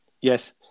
Yes